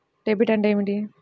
Debit అంటే ఏమిటి?